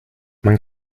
man